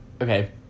okay